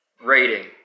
Rating